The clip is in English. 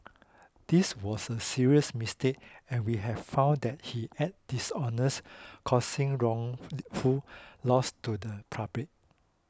this was a serious mistake and we have found that he acted dishonest causing wrongful loss to the public